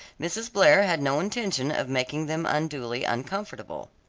mrs. blair had no intention of making them unduly uncomfortable.